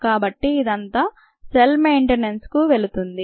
కాబట్టి ఇదంతా cell maintenance కు వెళుతోంది